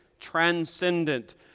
transcendent